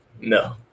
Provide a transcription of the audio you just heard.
No